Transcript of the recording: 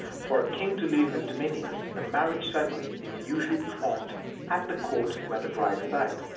for a king to leave his dominions, the marriage ceremony is usually performed at the court where the bride resides,